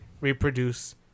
reproduce